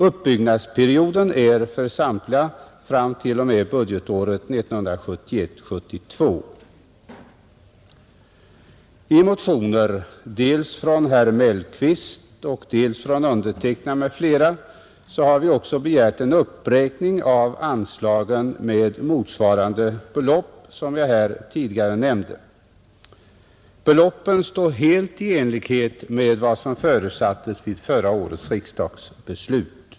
Uppbyggnadsperioden sträcker sig för I motioner dels från herr Mellqvist och dels från undertecknad m.fl. har också begärts en uppräkning av anslagen med motsvarande belopp som jag här tidigare nämnde. Förslaget om dessa belopp står helt i överensstämmelse med vad som förutsattes i förra årets beslut.